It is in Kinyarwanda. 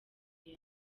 yawe